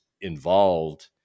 involved